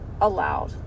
allowed